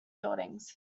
buildings